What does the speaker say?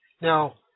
Now